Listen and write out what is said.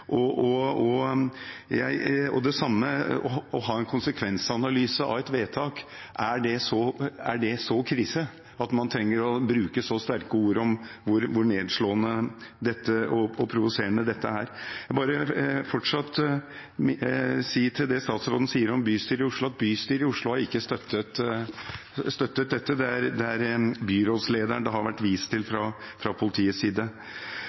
det å ha en konsekvensanalyse av et vedtak – er det så krise at man trenger å bruke så sterke ord om hvor nedslående og provoserende dette er? Jeg vil bare fortsatt si til det statsråden sier om bystyret i Oslo, at bystyret i Oslo ikke har støttet dette. Det er byrådslederen det har vært vist til fra politiets side.